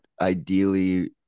ideally